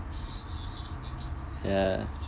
ya